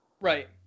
right